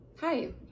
Hi